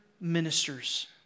ministers